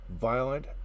violent